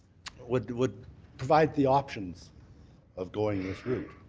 would would provide the options of going this route.